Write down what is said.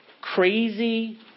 crazy